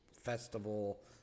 festival